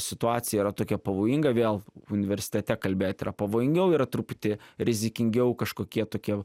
situacija yra tokia pavojinga vėl universitete kalbėt yra pavojingiau yra truputį rizikingiau kažkokie tokie